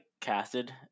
casted